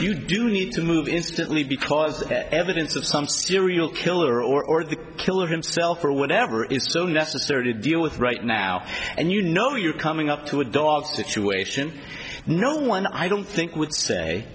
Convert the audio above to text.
where you do need to move instantly because evidence of some serial killer or the killer himself or whatever is so necessary to deal with right now and you know you're coming up to a dog situation no one i don't think would say